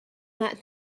that